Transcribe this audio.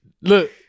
Look